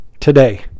today